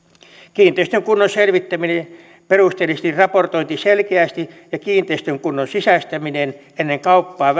kiinteistön kunnon selvittäminen perusteellisesti raportointi selkeästi ja kiinteistön kunnon sisäistäminen ennen kauppaa